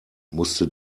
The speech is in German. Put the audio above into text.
musste